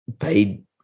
paid